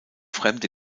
fremde